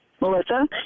Melissa